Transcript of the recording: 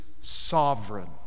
sovereign